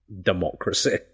democracy